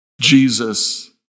Jesus